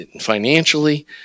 financially